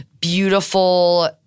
beautiful